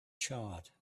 charred